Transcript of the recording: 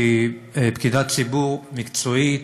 שהיא פקידת ציבור מקצועית